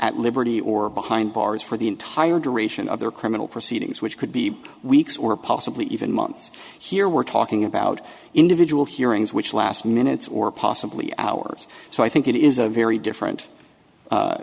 at liberty or behind bars for the entire duration of their criminal proceedings which could be weeks or possibly even months here we're talking about individual hearings which last minutes or possibly hours so i think it is a very different